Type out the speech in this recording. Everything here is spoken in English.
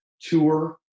tour